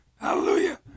Hallelujah